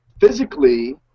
physically